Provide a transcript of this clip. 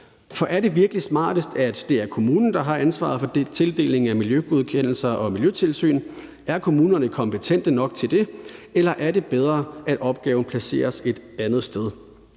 For er det virkelig smartest, at det er kommunen, der har ansvaret for tildelingen af miljøgodkendelser og miljøtilsyn? Er kommunerne kompetente nok til det? Eller er det bedre, at opgaven placeres et andet sted?